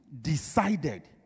decided